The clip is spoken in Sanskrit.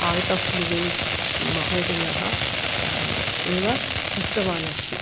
आर्ट् आफ़् लीविङ्ग् महोदयः एव उक्तवान् अस्ति